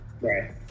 Right